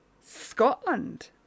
Scotland